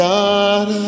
God